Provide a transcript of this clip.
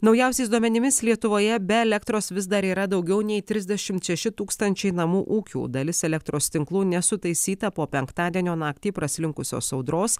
naujausiais duomenimis lietuvoje be elektros vis dar yra daugiau nei trisdešimt šeši tūkstančiai namų ūkių dalis elektros tinklų nesutaisyta po penktadienio naktį praslinkusios audros